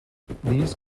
these